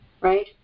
right